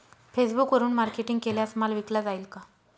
फेसबुकवरुन मार्केटिंग केल्यास माल विकला जाईल का?